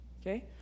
Okay